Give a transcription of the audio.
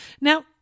Now